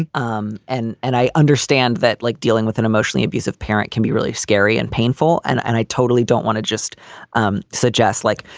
and um and and i understand that, like dealing with an emotionally abusive parent can be really scary and painful. and and i totally don't want to just um suggest, like,